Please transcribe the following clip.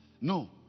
no